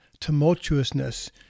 tumultuousness